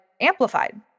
amplified